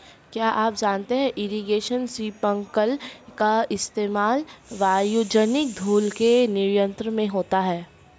क्या आप जानते है इरीगेशन स्पिंकलर का इस्तेमाल वायुजनित धूल के नियंत्रण में होता है?